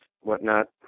whatnot